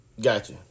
Gotcha